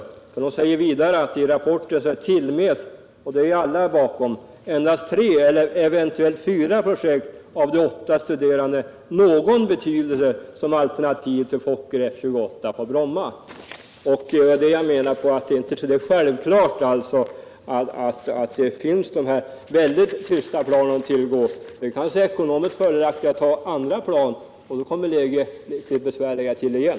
Hon säger vidare: ”I rapporten tillmäts endast tre eller eventuellt fyra projekt av de åtta studerade någon betydelse som alternativ till Fokker F-28 på Bromma.” Det finns alltså några mycket tysta plan. Men det är kanske ekonomiskt fördelaktigare att ta andra mera bullrande plan, och då blir läget besvärligare igen.